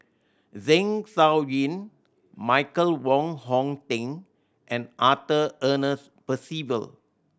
Zeng Shouyin Michael Wong Hong Teng and Arthur Ernest Percival